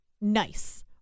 nice